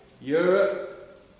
Europe